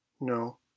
no